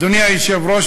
אדוני היושב-ראש,